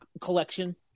collection